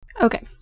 Okay